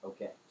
Okay